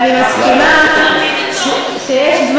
רצית עצות.